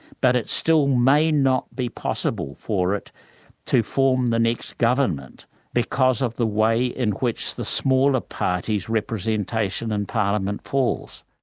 but it still may not be possible for it to form the next government because of the way in which the smaller parties representation in parliament falls.